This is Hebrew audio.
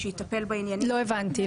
שיטפל בעניינים --- לא הבנתי.